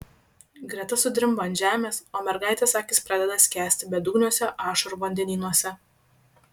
greta sudrimba ant žemės o mergaitės akys pradeda skęsti bedugniuose ašarų vandenynuose